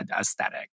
aesthetic